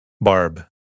Barb